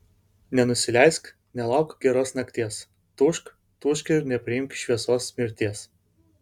nenusileisk nelauk geros nakties tūžk tūžk ir nepriimk šviesos mirties